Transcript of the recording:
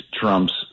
trumps